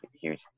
huge